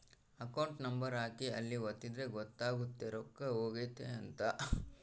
account number ಹಾಕಿ ಅಲ್ಲಿ ಒತ್ತಿದ್ರೆ ಗೊತ್ತಾಗುತ್ತ ರೊಕ್ಕ ಹೊಗೈತ ಅಂತ